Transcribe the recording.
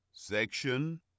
Section